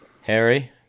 Harry